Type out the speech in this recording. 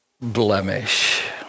blemish